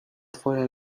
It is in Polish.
twoja